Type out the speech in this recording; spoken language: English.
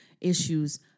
issues